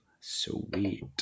Sweet